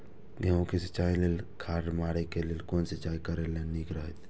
गेहूँ के सिंचाई लेल खर मारे के लेल कोन सिंचाई करे ल नीक रहैत?